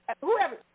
Whoever